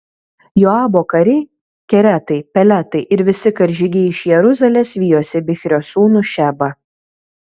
joabo kariai keretai peletai ir visi karžygiai iš jeruzalės vijosi bichrio sūnų šebą